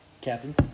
Captain